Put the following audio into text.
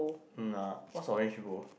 what orange should go